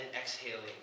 exhaling